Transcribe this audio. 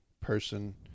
person